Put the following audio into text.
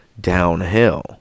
downhill